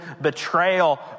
betrayal